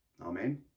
Amen